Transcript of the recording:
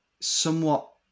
somewhat